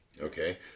okay